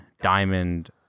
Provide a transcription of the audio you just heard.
Diamond